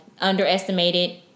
underestimated